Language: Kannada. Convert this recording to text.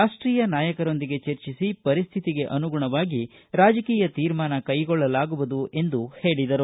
ರಾಷ್ಟೀಯ ನಾಯಕರೊಂದಿಗೆ ಚರ್ಚಿಸಿ ಪರಿಸ್ಥಿತಿಗೆ ಅನುಗುಣವಾಗಿ ರಾಜಕೀಯ ತೀರ್ಮಾನ ಕೈಗೊಳ್ಳಲಾಗುವುದು ಎಂದರು